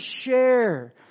share